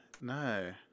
No